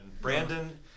Brandon